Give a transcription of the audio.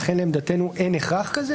לכן לעמדתנו אין הכרח כזה